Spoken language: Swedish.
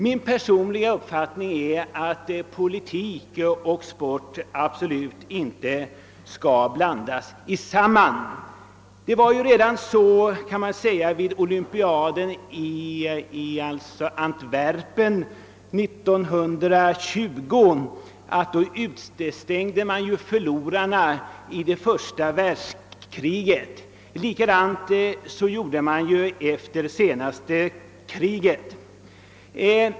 Min personliga uppfattning är att politik och sport absolut inte skall blandas samman. Redan vid olympiaden i Antwerpen 1920 utestängde man de länder som förlorat i första världskriget. Likadant gjorde man efter det senaste kriget.